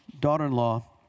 daughter-in-law